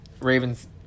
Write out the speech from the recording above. Ravens